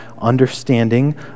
understanding